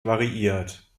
variiert